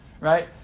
right